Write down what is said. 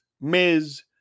ms